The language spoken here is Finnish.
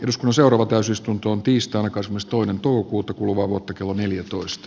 ismo seuraava täysistuntoon tiistaina kasvustoinen tuo uutta kuluvaa vuotta klo neljätoista